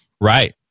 Right